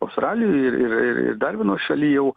australijo ir r ir dar vienoj šaly jau